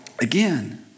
again